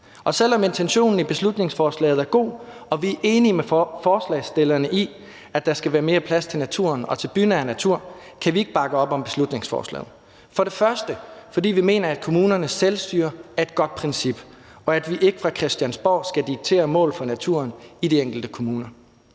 Men selv om intentionen i beslutningsforslaget er god og vi er enige med forslagsstillerne i, at der skal være mere plads til naturen og til bynær natur, kan vi ikke bakke op om beslutningsforslaget. For det første mener vi, at kommunernes selvstyre er et godt princip, og at vi ikke fra Christiansborg skal diktere mål for naturen i de enkelte kommuner.